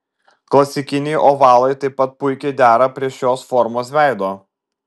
klasikiniai ovalai taip pat puikiai dera prie šios formos veido